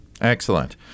Excellent